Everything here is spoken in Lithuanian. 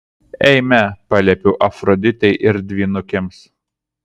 eime paliepiau afroditei ir dvynukėms